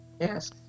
Yes